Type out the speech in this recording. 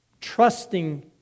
trusting